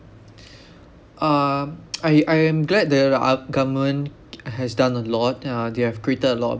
um I I am glad the our government has done a lot uh they have created a lot